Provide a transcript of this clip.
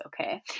okay